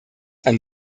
ein